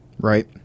Right